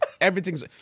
Everything's